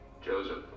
Joseph